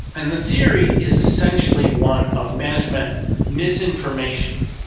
and the theory is essentially one of management misinformation.